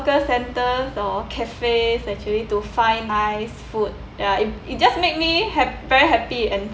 hawker centres or cafes actually to find nice food ya it it just make me hap~ very happy and